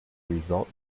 result